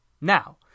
Now